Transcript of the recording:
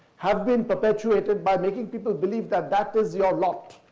have been perpetuated by making people believe that that is your lot.